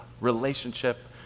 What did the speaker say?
relationship